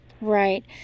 Right